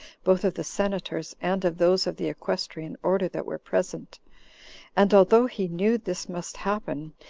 both of the senators, and of those of the equestrian order that were present and although he knew this must happen,